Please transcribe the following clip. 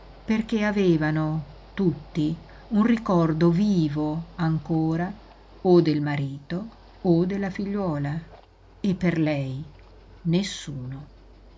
perché avevano tutti un ricordo vivo ancora o del marito o della figliuola e per lei nessuno